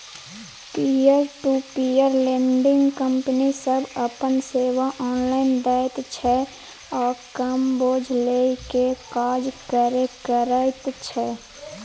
peer to peer lending company सब अपन सेवा ऑनलाइन दैत छै आ कम बोझ लेइ के काज करे करैत छै